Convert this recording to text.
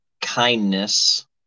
kindness